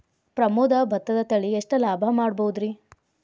ಪ್ರಮೋದ ಭತ್ತದ ತಳಿ ಎಷ್ಟ ಲಾಭಾ ಮಾಡಬಹುದ್ರಿ?